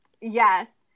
Yes